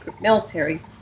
military